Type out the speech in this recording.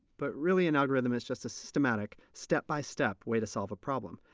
but really, an algorithm is just a systematic, step-by-step way to solve a problem.